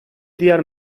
diğer